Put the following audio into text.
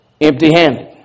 empty-handed